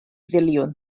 filiwn